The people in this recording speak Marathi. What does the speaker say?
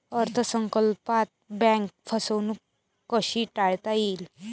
अर्थ संकल्पात बँक फसवणूक कशी टाळता येईल?